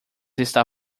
está